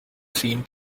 seen